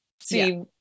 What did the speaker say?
see